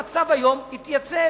המצב היום מתייצב.